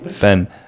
Ben